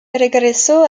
regresó